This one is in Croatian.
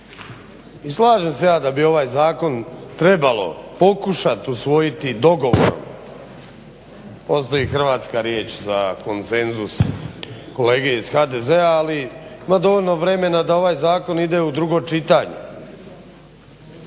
i slažem se ja da bi ovaj zakon trebalo pokušati usvojiti dogovorom. Postoji hrvatska riječ za konsenzus, kolege iz HDZ-a. Ali ima dovoljno vremena da ovaj zakon ide u drugo čitanje.